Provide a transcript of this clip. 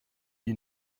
die